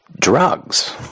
drugs